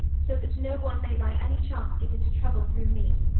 so that no one may by any chance get into trouble through me.